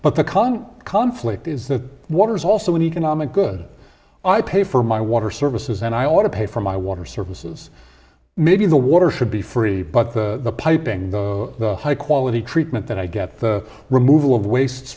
current conflict is the water is also an economic good i pay for my water services and i ought to pay for my water services maybe the water should be free but the piping the high quality treatment that i get the removal of wastes